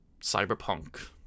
cyberpunk